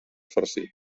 farcit